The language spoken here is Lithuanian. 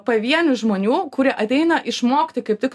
pavienių žmonių kurie ateina išmokti kaip tik